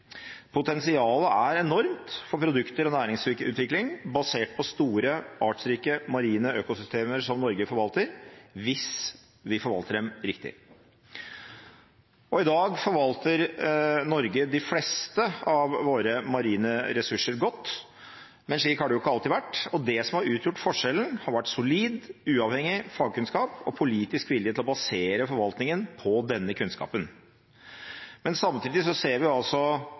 Potensialet er enormt for produkter og næringsutvikling basert på store, artsrike marine økosystemer som Norge forvalter, hvis vi forvalter dem riktig. I dag forvalter Norge de fleste av våre marine ressurser godt, men slik har det ikke alltid vært. Det som har utgjort forskjellen, har vært solid, uavhengig fagkunnskap og politisk vilje til å basere forvaltningen på denne kunnskapen. Men samtidig ser vi,